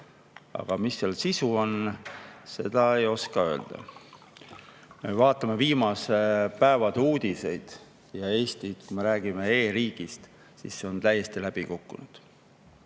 aga mis selle sisu on, seda ei oska öelda. Kui me vaatame viimaste päevade uudiseid ja räägime Eestist kui e-riigist, siis see on täiesti läbi kukkunud.